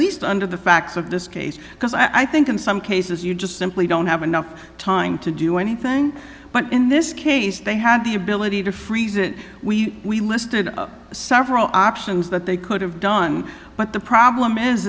least under the facts of this case because i think in some cases you just simply don't have enough time to do anything but in this case they had the ability to freeze it we we listed several options that they could have done but the problem is